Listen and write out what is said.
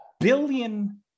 Billion